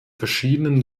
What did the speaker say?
verschiedenen